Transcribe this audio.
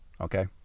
Okay